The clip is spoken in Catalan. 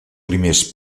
primers